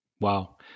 Wow